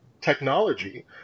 technology